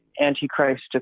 antichrist